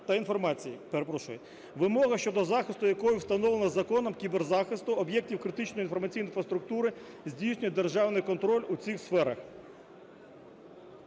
вимога щодо захисту якої встановлено законом, кіберзахисту об'єктів критичної інформаційної інфраструктури здійснює державний контроль у цих сферах.